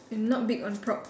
and not big on prop